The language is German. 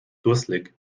dusselig